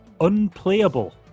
unplayable